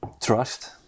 trust